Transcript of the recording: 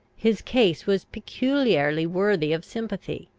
his case was peculiarly worthy of sympathy,